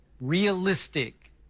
realistic